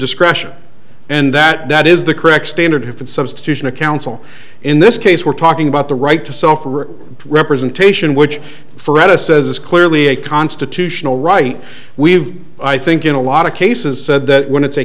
discretion and that that is the correct standard substitution of counsel in this case we're talking about the right to self or representation which fred a says is clearly a constitutional right we've i think in a lot of cases said that when it's a